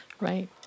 right